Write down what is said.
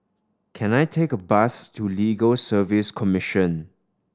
can I take a bus to Legal Service Commission